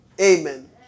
Amen